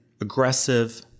aggressive